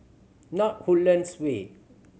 North Woodlands Way